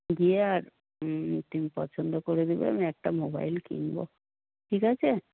গিয়ে আর তুমি পছন্দ করে দেবে আমি একটা মোবাইল কিনবো ঠিক আছে